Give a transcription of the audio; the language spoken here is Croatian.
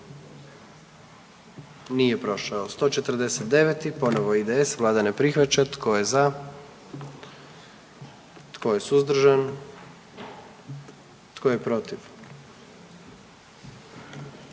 44. Kluba zastupnika SDP-a, vlada ne prihvaća. Tko je za? Tko je suzdržan? Tko je protiv?